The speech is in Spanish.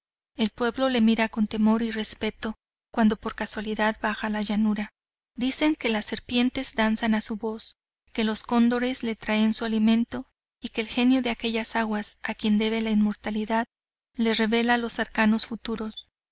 el pueblo le mira con temor y respeto cuando por casualidad baja la llanura dicen que las serpientes danzan a su voz que los cóndores le traen su alimento y que el genio de aquellas aguas a quien debe la inmortalidad le revela los arcanos futuros